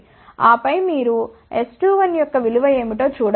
ఆపై మీరు S21 యొక్క విలువ ఏమిటో చూడ వచ్చు